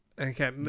Okay